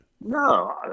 No